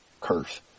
curse